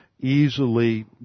easily